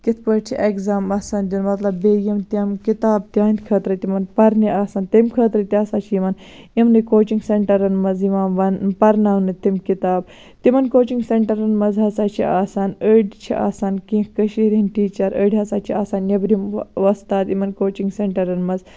کِتھ پٲٹھۍ چھُ ایٚگزام آسان دیُن مَطلَب بیٚیہِ یِم تِم کِتابہٕ تِہٕنٛد خٲطرٕ تِمَن پَرنہٕ آسان تمہِ خٲطرٕ تہِ ہَسا چھِ یِوان یِمنٕے کوچِنٛگ سیٚنٹَرَن مَنٛز یِوان ون پَرناونہٕ تِم کِتابہ تِمَن کوچِنٛگ سیٚنٹَرَن مَنٛز ہَسا چھِ آسان أڑۍ چھِ آسان کینٛہہ کٔشیٖرٕ ہٕنٛدۍ ٹیٖچَر أڑۍ ہَسا چھِ آسان نیٚبرِم وۄستاد اِمَن کوچِنٛگ سیٚنٹَرَن مَنٛز